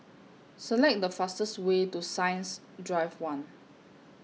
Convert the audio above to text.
Select The fastest Way to Science Drive one